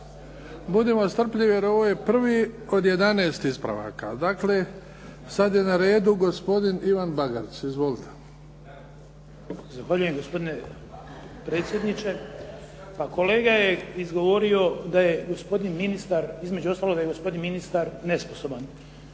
Budimo strpljivi jer ovo je prvi od 11 ispravaka. Dakle, sada je na redu gospodin Ivan Bagarić. Izvolite. **Bagarić, Ivan (HDZ)** Zahvaljujem gospodine predsjedniče. Pa kolega je izgovorio između ostalog da je gospodin ministar nesposoban.